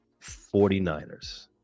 49ers